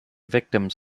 victims